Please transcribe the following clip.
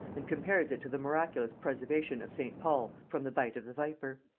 and compares it to the miraculous preservation of st. paul from the bite of the viper.